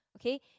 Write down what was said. Okay